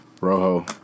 Rojo